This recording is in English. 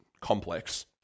complex